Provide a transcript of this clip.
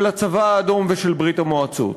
של הצבא האדום ושל ברית-המועצות.